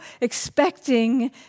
expecting